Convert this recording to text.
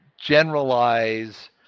generalize